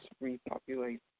repopulate